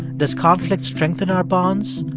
does conflict strengthen our bonds,